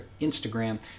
Instagram